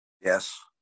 Yes